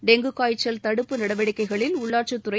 dengue காய்ச்சல் தடுப்பு நடவடிக்கைகளில் உள்ளாட்சித்துறை